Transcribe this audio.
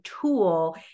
tool